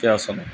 তেৰ চনত